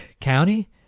County